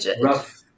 rough